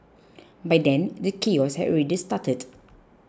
by then the chaos had already started